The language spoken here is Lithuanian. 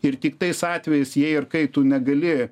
ir tik tais atvejais jei ir kai tu negali